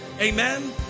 Amen